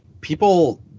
people